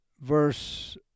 verse